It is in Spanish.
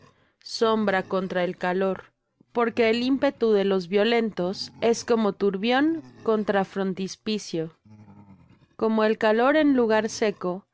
sombra contra el calor porque el ímpetu de los violentos es como turbión contra frontispicio como el calor en lugar seco